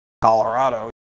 Colorado